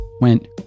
went